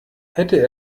hätte